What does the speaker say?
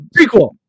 prequel